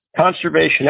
conservation